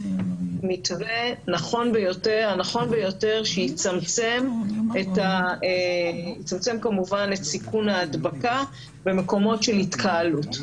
המתווה הנכון ביותר שיצמצם כמובן את סיכון ההדבקה במקום של התקהלות.